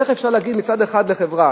איך אפשר להגיד מצד אחד לחברה,